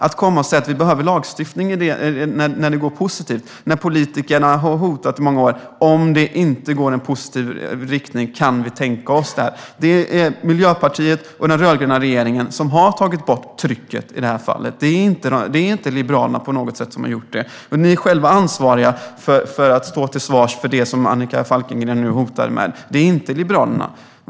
Att komma och säga att vi behöver lagstiftning när utvecklingen går i positiv riktning är oseriöst. Politikerna har i många år hotat med att om den inte går i en positiv riktning kan de tänka sig lagstiftning. Det är Miljöpartiet och den rödgröna regeringen som har tagit bort trycket i det här fallet. Det är inte på något sätt Liberalerna som har gjort det. Det är ni själva som får stå till svars för det som Annika Falkengren nu hotar med. Det är inte Liberalerna.